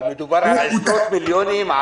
אבל מדובר על עשרות מיליונים?